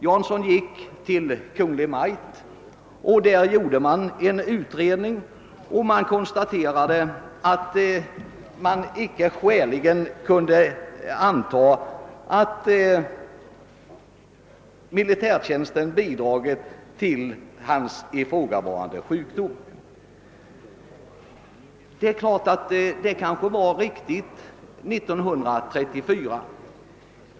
Jansson gick till Kungl. Maj:t, och där gjorde man en utredning och konstaterade att man icke skäligen kunde anta att militärtjänsten bidragit till Janssons sjukdom. Detta kanske var riktigt 1934.